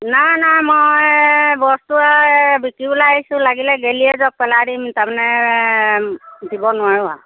নাই নাই মই বস্তু আৰু বিকিবলৈ আহিছোঁ লাগিলে গেলিয়ে যাওক পেলাই দিম তাৰমানে দিব নোৱাৰোঁ আৰু